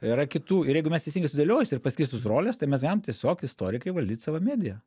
yra kitų ir jeigu mes teisingai sudėliojus ir paskirsčius roles tai mes galim tiesiog istorikai valdyt savo mediją